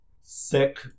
Sick